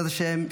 בעזרת השם,